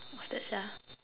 what's that sia